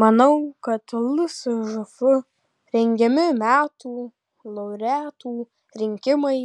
manau kad lsžf rengiami metų laureatų rinkimai